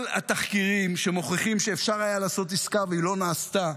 כל התחקירים שמוכיחים שאפשר היה לעשות עסקה והיא לא נעשתה,